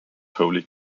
holy